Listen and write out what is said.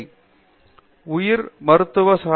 பேராசிரியர் பிரதாப் ஹரிதாஸ் சரி